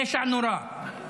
פשע נורא.